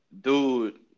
dude